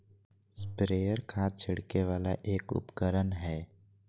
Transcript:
sprayer खाद छिड़के वाला एक उपकरण हय